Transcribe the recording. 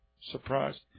Surprised